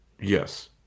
Yes